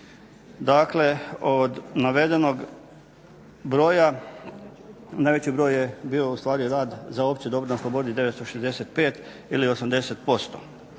Dakle od navedenog broja najveći broj je bio ustvari rad za opće dobro na slobodi 965 ili 80%.